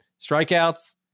strikeouts